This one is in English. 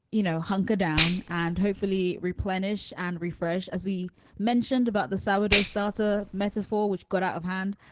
you know, hunker down and hopefully replenish and refresh, as we mentioned, about the sound of starter metaphore, which got out of hand.